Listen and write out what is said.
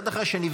אחד אחרי השני.